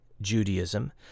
Judaism